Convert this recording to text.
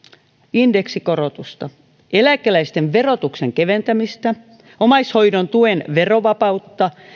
indeksikorotusta eläkeläisten verotuksen keventämistä omaishoidon tuen verovapautta